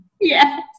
Yes